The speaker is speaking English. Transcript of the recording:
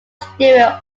stewart